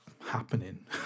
happening